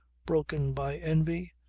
broken by envy,